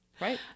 Right